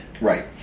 Right